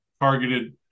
targeted